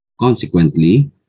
Consequently